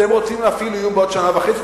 אתם רוצים להפעיל איום בעוד שנה וחצי?